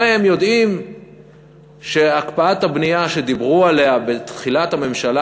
הרי הם יודעים שהקפאת הבנייה שדיברו עליה בתחילת הממשלה